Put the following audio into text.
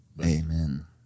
Amen